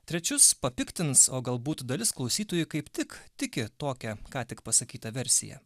trečius papiktins o galbūt dalis klausytojų kaip tik tiki tokia ką tik pasakyta versija